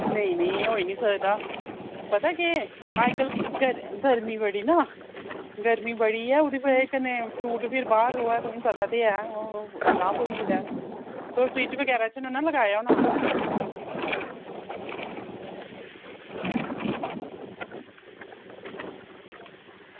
नेईं नेईं होई निं सकदा पता केह् अजकल गर्मी बड़ी ना ते गर्मी बड़ी ते फ्रूट फ्ही बाहर र'वा दे तुसेंगी पता ते ऐ हून एह् खराब होई जंदा एह् फ्रिज बगैरा च नेईं ना लगाया होना